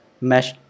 mesh